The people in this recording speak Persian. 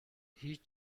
هیچ